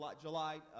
July